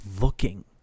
looking